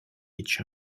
each